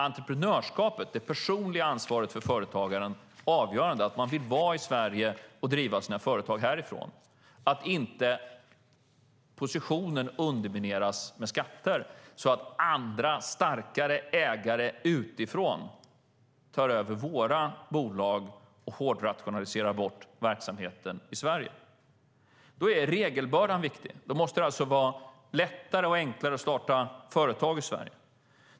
Entreprenörskapet, det personliga ansvaret för företagaren, är avgörande, det vill säga att man vill vara i Sverige och driva sina företag härifrån. Positionen ska inte undermineras med skatter så att andra starkare ägare utifrån tar över våra bolag och hårdrationaliserar bort verksamheten i Sverige. Regelbördan är viktig. Det måste bli lättare och enklare att starta företag i Sverige.